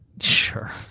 sure